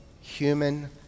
human